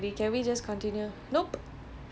he don't care lah